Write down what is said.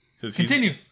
Continue